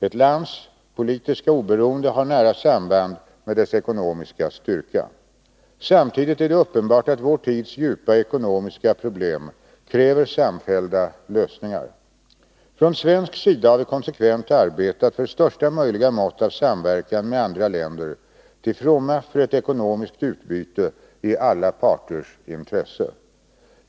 Ett lands politiska Om regeringens oberoende har nära samband med dess ekonomiska styrka. Samtidigt är det ställningstaganden uppenbart att vår tids djupa ekonomiska problem kräver samfällda =; vissa utrikeslösningar. Från svensk sida har vi konsekvent arbetat för största möjliga mått politiska frågor av samverkan med andra länder till fromma för ett ekonomiskt utbyte i alla parters intresse.